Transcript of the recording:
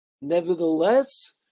Nevertheless